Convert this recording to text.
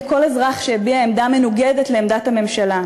כל אזרח שהביע עמדה מנוגדת לעמדת הממשלה.